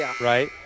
right